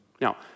Now